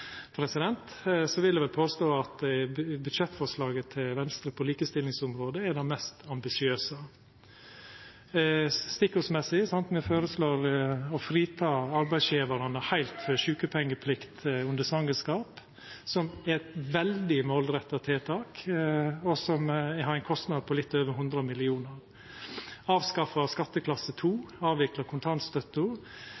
vil eg påstå at budsjettforslaget til Venstre på likestillingsområdet er det mest ambisiøse. Stikkordsmessig føreslår me å frita arbeidsgjevarane heilt frå sjukepengeplikt under svangerskap, noko som er eit veldig målretta tiltak, og som har ein kostnad på litt over 100 mill. kr, avskaffa skatteklasse